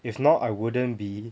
if not I wouldn't be